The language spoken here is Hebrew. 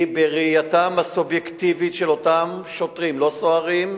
בראייתם הסובייקטיבית של אותם שוטרים, לא סוהרים,